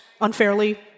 unfairly